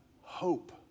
hope